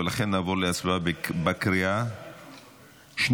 ולכן נעבור להצבעה בקריאה השנייה,